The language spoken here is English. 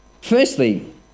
Firstly